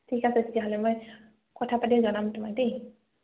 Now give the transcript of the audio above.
ঠিক আছে তেতিয়াহ'লে মই কথা পাতি জনাম তোমাক দেই